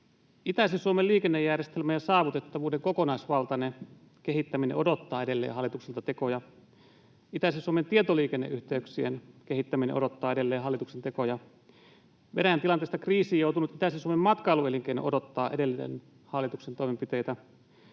Itäisen Suomen liikennejärjestelmän ja saavutettavuuden kokonaisvaltainen kehittäminen odottaa edelleen hallitukselta tekoja. Itäisen Suomen tietoliikenneyhteyksien kehittäminen odottaa edelleen hallituksen tekoja. Venäjän tilanteesta kriisiin joutunut itäisen Suomen matkailuelinkeino odottaa edelleen hallituksen toimenpiteitä.